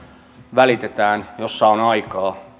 välitetään joissa on aikaa